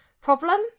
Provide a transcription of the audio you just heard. problem